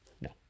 no